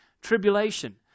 tribulation